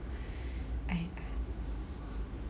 I I